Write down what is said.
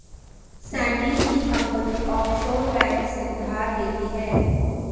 Sandy की company offshore bank से उधार लेती है